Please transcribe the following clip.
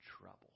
trouble